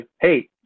hey